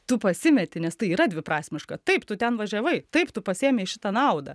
tu pasimeti nes tai yra dviprasmiška taip tu ten važiavai taip tu pasiėmei šitą naudą